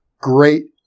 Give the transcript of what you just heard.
great